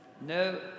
No